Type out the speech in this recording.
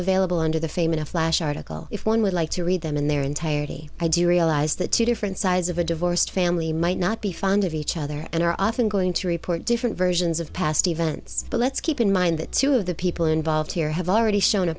available under the fame in a flash article if one would like to read them in their entirety i do realize that two different sides of a divorced family might not be fond of each other and are often going to to report versions of past events but let's keep in mind that two of the people involved here have already shown a